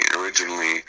Originally